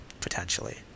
potentially